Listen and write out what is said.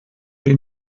die